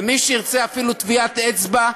ומי שירצה אפילו טביעת אצבע,